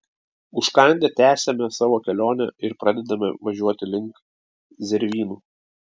užkandę tęsiame savo kelionę ir pradedame važiuoti link zervynų